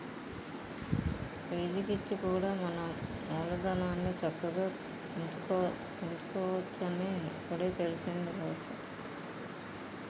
లీజికిచ్చి కూడా మన మూలధనాన్ని చక్కగా పెంచుకోవచ్చునని ఇప్పుడే తెలిసింది బాసూ